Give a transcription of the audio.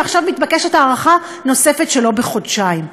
ועכשיו מתבקשת הארכה נוספת שלו בחודשיים.